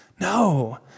No